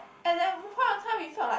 at that point of time we felt like